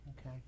Okay